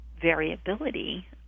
variability